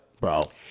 bro